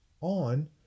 on